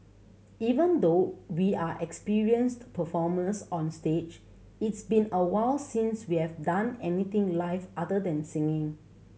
even though we are experienced performers on stage it's been a while since we have done anything live other than singing